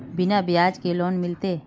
बिना ब्याज के लोन मिलते?